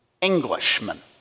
Englishman